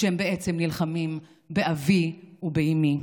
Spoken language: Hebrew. שהם בעצם נלחמים באבי ובאימי.